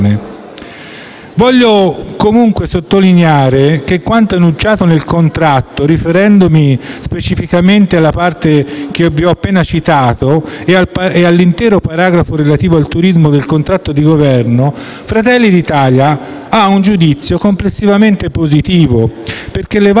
Voglio comunque sottolineare che, rispetto a quanto enunciato nel contratto, riferendomi specificamente alla parte che vi ho appena citato e all'intero paragrafo relativo al turismo del contratto di Governo, Fratelli d'Italia ha un giudizio complessivamente positivo, perché le varie